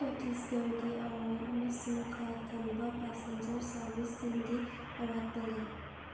ꯆꯇꯤꯁꯒꯔꯒꯤ ꯑꯋꯥꯡ ꯑꯃꯁꯨꯡ ꯈꯥ ꯊꯪꯕ ꯄꯦꯁꯦꯟꯖꯔ ꯁꯥꯔꯕꯤꯁꯁꯤꯡꯒꯤ ꯑꯋꯥꯠꯄ ꯂꯩ